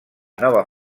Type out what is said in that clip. nova